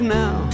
now